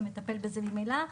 ומטפל בזה ממילא.